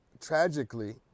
tragically